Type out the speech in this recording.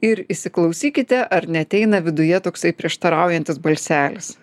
ir įsiklausykite ar neateina viduje toksai prieštaraujantis balselis